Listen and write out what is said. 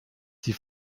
sie